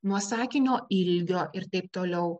nuo sakinio ilgio ir taip toliau